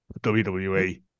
WWE